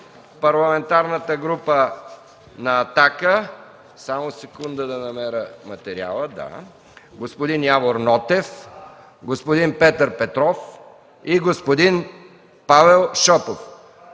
Парламентарната група на „Атака”: господин Явор Нотев, господин Петър Петров и господин Павел Шопов.